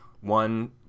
one